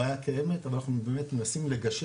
הבעיה קיימת אבל אנחנו באמת מנסים לגשר